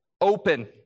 open